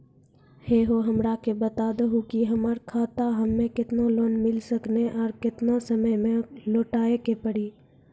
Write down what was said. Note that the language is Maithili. है हो हमरा के बता दहु की हमार खाता हम्मे केतना लोन मिल सकने और केतना समय मैं लौटाए के पड़ी?